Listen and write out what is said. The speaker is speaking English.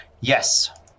Yes